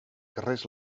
carrers